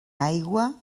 aigua